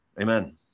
Amen